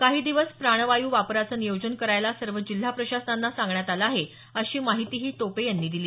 काही दिवस प्राणवायू वापराचं नियोजन करायला सर्व जिल्हा प्रशासनांना सांगण्यात आलं आहे अशी माहितीही टोपे यांनी दिली